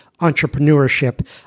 entrepreneurship